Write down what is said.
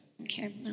Okay